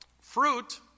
fruit